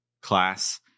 class